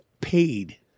paid